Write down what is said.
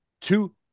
two